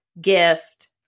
gift